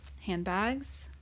handbags